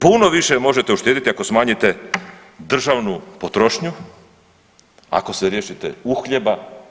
Puno više možete uštediti ako smanjite državnu potrošnju, ako se riješite uhljeba.